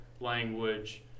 language